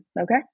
okay